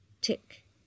tick